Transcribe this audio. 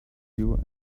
you